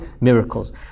miracles